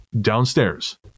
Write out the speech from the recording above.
downstairs